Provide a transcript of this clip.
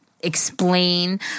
explain